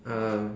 um